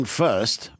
first